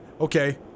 Okay